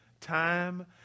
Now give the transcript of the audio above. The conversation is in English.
time